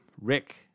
Rick